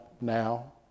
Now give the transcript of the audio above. now